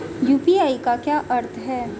UPI का क्या अर्थ है?